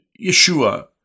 Yeshua